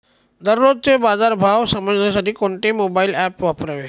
दररोजचे बाजार भाव समजण्यासाठी कोणते मोबाईल ॲप वापरावे?